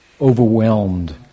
overwhelmed